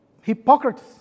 hypocrites